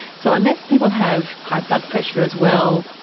so unless people have high blood pressure as well,